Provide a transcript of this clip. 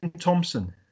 Thompson